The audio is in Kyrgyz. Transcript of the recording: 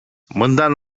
мындан